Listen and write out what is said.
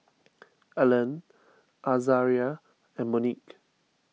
Ellen Azaria and Monique